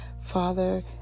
Father